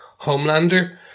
Homelander